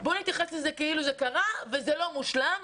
בוא נתייחס לזה כאילו זה קרה וזה לא מושלם.